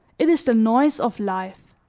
it is the noise of life.